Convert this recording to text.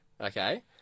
okay